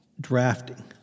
drafting